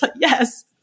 Yes